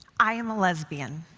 i am a lesbian.